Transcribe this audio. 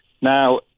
Now